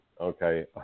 okay